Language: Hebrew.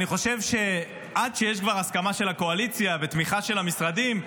אני חושב שעד שכבר יש הסכמה של הקואליציה ותמיכה של המשרדים,